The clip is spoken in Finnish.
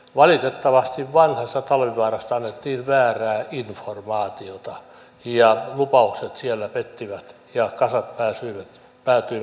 valitettavasti vanhasta talvivaarasta annettiin väärää informaatiota ja lupaukset siellä pettivät ja kasat päätyivät kivettymään